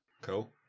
Cool